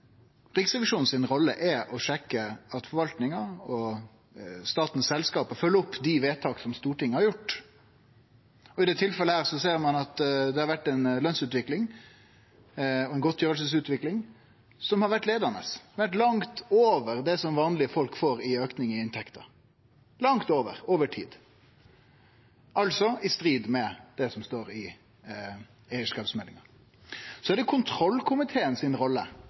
Riksrevisjonen si rolle er å sjekke at forvaltninga og dei statlege selskapa følgjer opp dei vedtaka Stortinget har gjort. I dette tilfellet ser vi at det har vore ei lønsutvikling og ei utvikling av godtgjersler som har vore leiande. Det har vore langt over det som vanlege folk får i auke i inntekta – langt over, og over tid – altså i strid med det som står i eigarskapsmeldinga. Rolla til kontrollkomiteen er